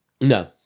No